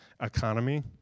economy